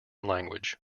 language